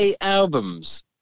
albums